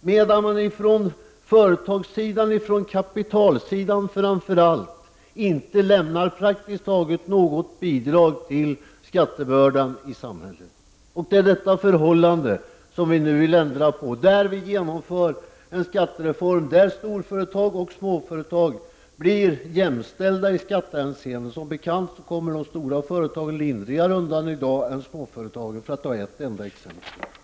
medan de från företagarsidan, från kapitalets sida framför allt, praktiskt taget inte lämnar något bidrag till skattebördan i samhället. Det är detta förhållande som vi nu vill ändra på. Vi genomför en skattereform där storföretagen och småföretagen blir jämställda i skattehänseende. Som bekant kommer de stora företagen lindrigare undan i dag än småföretagen, för att ta ett enda exempel.